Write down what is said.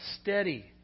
steady